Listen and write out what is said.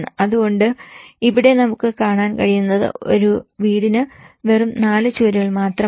അതുകൊണ്ട് ഇവിടെ നമുക്ക് കാണാൻ കഴിയുന്നത് ഒരു വീടിന് വെറും നാല് ചുവരുകൾ മാത്രമല്ല